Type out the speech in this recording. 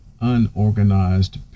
unorganized